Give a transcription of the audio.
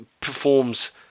performs